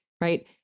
right